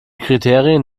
kriterien